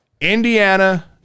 indiana